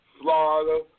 Florida